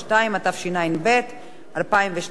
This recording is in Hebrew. התשע"ב 2012,